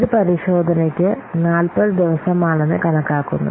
ഇത് പരിശോധനയ്ക്ക് 40 ദിവസമാണെന്ന് കണക്കാക്കുന്നു